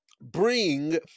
bring